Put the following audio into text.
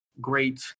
great